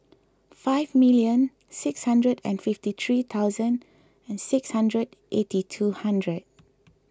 five million six hundred and fifty three thousand and six hundred eighty two hundred